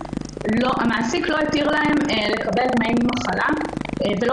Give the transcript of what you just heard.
המעסיק לא התיר להן לקבל דמי מחלה ולא